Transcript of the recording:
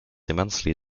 immensely